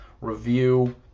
review